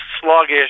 sluggish